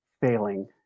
failing